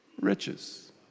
riches